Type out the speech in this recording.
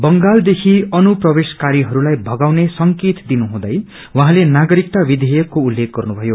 बंगालदेखि अनुप्रवेशकारीहरूलाई भगाउने संकेत दिनुहुँदै उहाँले नागरिकता विधेयकको उल्लेख गर्नुभयो